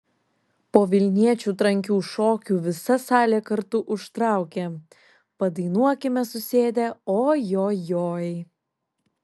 po vilniečių trankių šokių visa salė kartu užtraukė padainuokime susėdę o jo joj